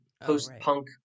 post-punk